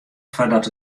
foardat